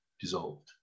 dissolved